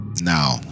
Now